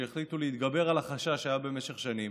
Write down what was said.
שבה החליטו להתגבר על החשש שהיה במשך שנים.